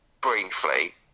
briefly